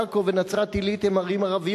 עכו ונצרת-עילית הן ערים ערביות,